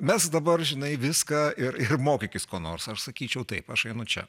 mesk dabar žinai viską ir ir mokytis ko nors aš sakyčiau taip aš einu čia